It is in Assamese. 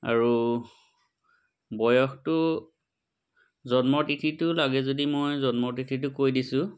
আৰু বয়সটো জন্মৰ তিথিটো লাগে যদি মই জন্ম তিথিটো কৈ দিছোঁ